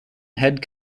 head